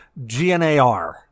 gnar